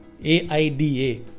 AIDA